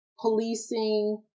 policing